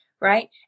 right